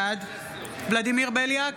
בעד ולדימיר בליאק,